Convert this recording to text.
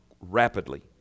rapidly